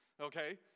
okay